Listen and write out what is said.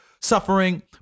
suffering